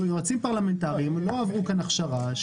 יועצים פרלמנטריים לא עברו כאן הכשרה,